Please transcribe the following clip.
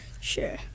Sure